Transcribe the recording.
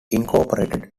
incorporated